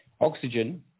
Oxygen